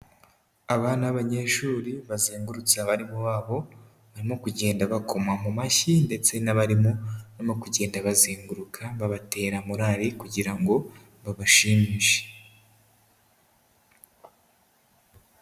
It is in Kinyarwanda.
Abana b'abanyeshuri bazengutse abarimu babo, barimo kugenda bakoma mu mashyi ndetse n'abarimu barimo kugenda babazenguruka babatera morali kugira ngo babashimishe.